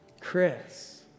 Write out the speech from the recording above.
Chris